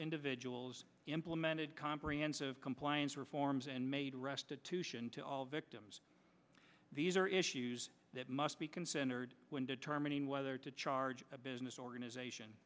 individuals implemented comprehensive compliance reforms and made restitution to all victims these are issues that must be considered when determining whether to charge a business organization